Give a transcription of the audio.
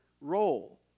role